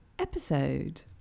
episode